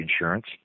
insurance